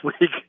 week